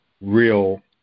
real